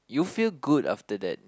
you feel good after that